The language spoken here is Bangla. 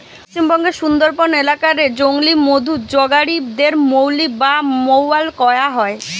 পশ্চিমবঙ্গের সুন্দরবন এলাকা রে জংলি মধু জগাড়ি দের মউলি বা মউয়াল কয়া হয়